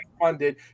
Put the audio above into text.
funded